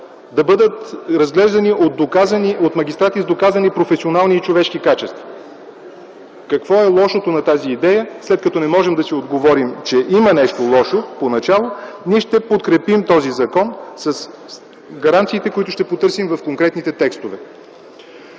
да бъдат разглеждани от доказани магистрати с професионални и човешки качества? Какво е лошото на тази идея, след като не можем да си отговорим, че има нещо лошо поначало? Ние ще подкрепим този закон с гаранциите, които ще потърсим в конкретните текстове.